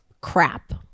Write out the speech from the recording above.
crap